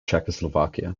czechoslovakia